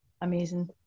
amazing